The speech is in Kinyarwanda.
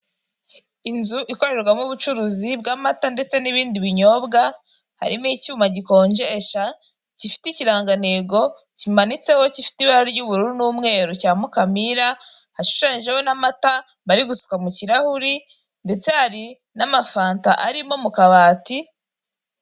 Inzu ikorerwamo ubucuruzi bw'amata ndetse n'ibindi binyobwa, harimo icyuma gikonjesha gifite ikirangantego kimanitseho gifite ibara ry'ubururu n'umweru cya Mukamira hashushanyijeho n'amata bari gusuka mu kirahuri, ndetse hari n'amafanta ari mo mu kabati.